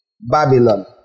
Babylon